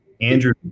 Andrew